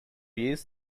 years